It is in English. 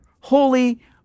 holy